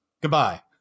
Goodbye